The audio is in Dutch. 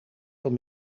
door